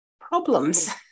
problems